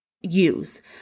use